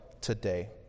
today